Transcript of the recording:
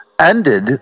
ended